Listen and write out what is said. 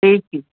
ठीकु ठीकु